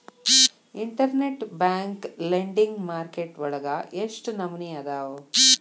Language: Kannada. ಇನ್ಟರ್ನೆಟ್ ಬ್ಯಾಂಕ್ ಲೆಂಡಿಂಗ್ ಮಾರ್ಕೆಟ್ ವಳಗ ಎಷ್ಟ್ ನಮನಿಅದಾವು?